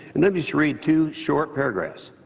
let me read two short paragraphs